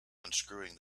unscrewing